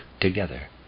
together